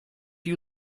you